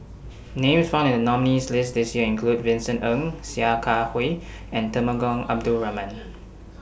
Names found in The nominees' list This Year include Vincent Ng Sia Kah Hui and Temenggong Abdul Rahman